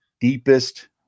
deepest